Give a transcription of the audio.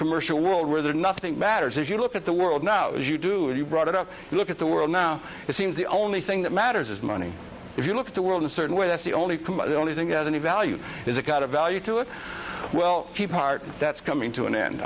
commercial world where nothing matters if you look at the world now as you do if you brought it up you look at the world now it seems the only thing that matters is money if you look at the world a certain way that's the only the only thing that any value is a kind of value to it well the part that's coming to an end